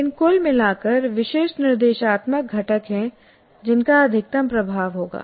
लेकिन कुल मिलाकर विशिष्ट निर्देशात्मक घटक हैं जिनका अधिकतम प्रभाव होगा